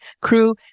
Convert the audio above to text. Crew